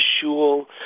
shul